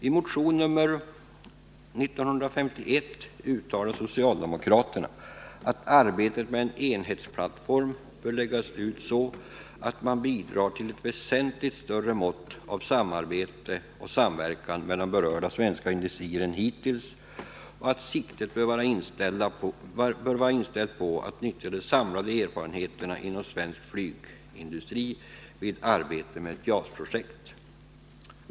I motion 1951 uttalar socialdemokraterna att arbetet med en enhetsplattform bör läggas ut så att man bidrar till ett väsentligt större mått av samarbete och samverkan mellan berörda svenska industrier hittills och att siktet bör vara inställt på att nyttja de samlade erfarenheterna inom svensk flygplansindustri vid arbete med JAS-projektet.